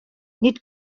nid